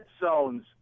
zones